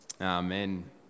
Amen